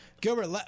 Gilbert